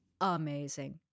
amazing